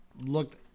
looked